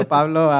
Pablo